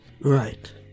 Right